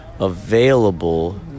available